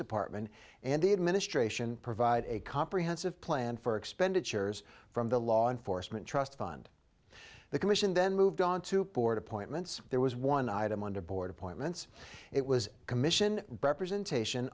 department and the administration provide a comprehensive plan for expenditures from the law enforcement trust fund the commission then moved on to board appointments there was one item under board appointments it was commission representation